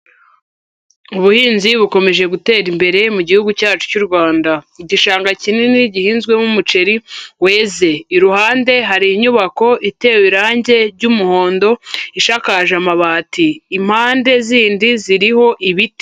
Ubuhinzi bukomeje gutera imbere mu Gihugu cyacu cy'u Rwanda. Igishanga kinini gihinzwemo umuceri weze iruhande hari inyubako iterawe irangi ry'umuhondo, ishakakaje amabati impande zindi ziriho ibiti.